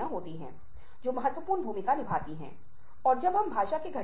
आप एक महत्वपूर्ण तरीके से सुधार महसूस कर पाएंगे